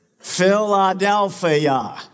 Philadelphia